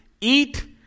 eat